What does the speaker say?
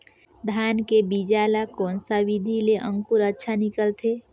धान के बीजा ला कोन सा विधि ले अंकुर अच्छा निकलथे?